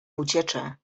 uciecze